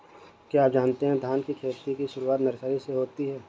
क्या आप जानते है धान की खेती की शुरुआत नर्सरी से होती है?